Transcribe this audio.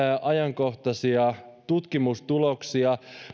ajankohtaisia tutkimustuloksia